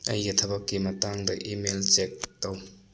ꯑꯩꯒꯤ ꯊꯕꯛꯀꯤ ꯃꯇꯥꯡꯗ ꯏꯃꯦꯜ ꯆꯦꯛ ꯇꯧ